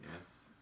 yes